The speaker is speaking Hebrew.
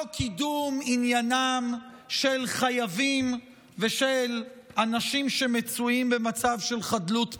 לא קידום עניינם של חייבים ושל אנשים שמצויים במצב של חדלות פירעון,